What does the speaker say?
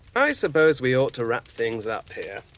i suppose we ought to wrap things up here.